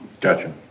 gotcha